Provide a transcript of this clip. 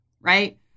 right